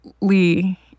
Lee